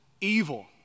evil